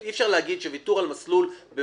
אי אפשר להגיד שוויתור על מסלול במדינת